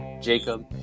Jacob